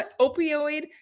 opioid